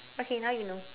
okay now you know